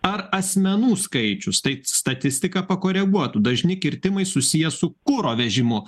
ar asmenų skaičius taip statistiką pakoreguotų dažni kirtimai susiję su kuro vežimu